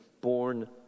born